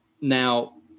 Now